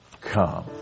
Come